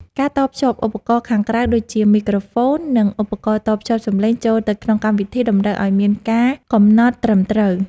ការតភ្ជាប់ឧបករណ៍ខាងក្រៅដូចជាមីក្រូហ្វូន និង ឧបករណ៍តភ្ជាប់សំឡេងចូលទៅក្នុងកម្មវិធីតម្រូវឱ្យមានការកំណត់ត្រឹមត្រូវ។